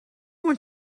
want